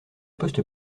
poste